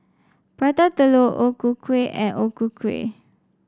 Prata Telur O Ku Kueh and O Ku Kueh